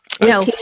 No